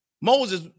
Moses